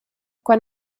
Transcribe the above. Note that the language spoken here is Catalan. quan